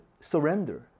surrender